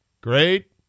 Great